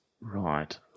Right